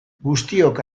guztiok